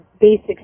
basic